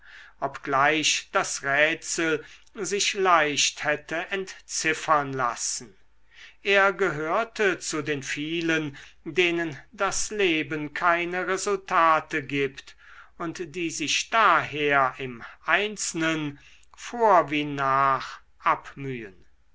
obgleich das rätsel sich leicht hätte entziffern lassen er gehörte zu den vielen denen das leben keine resultate gibt und die sich daher im einzelnen vor wie nach abmühen